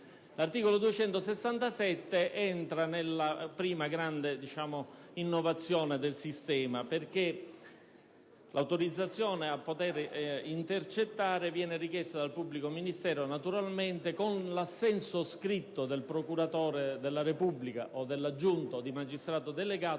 penale si entra nella prima grande innovazione del sistema, perché l'autorizzazione a poter intercettare viene richiesta dal pubblico ministero, naturalmente con l'assenso scritto del procuratore della Repubblica o del procuratore aggiunto o di magistrato delegato,